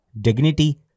dignity